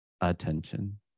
attention